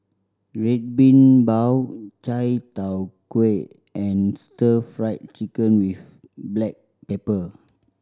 Red Bean Bao chai tow kway and Stir Fried Chicken with black pepper